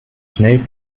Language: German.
schnell